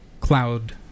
cloud